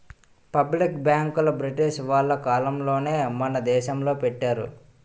public బ్యాంకులు British వాళ్ళ కాలంలోనే మన దేశంలో పెట్టారు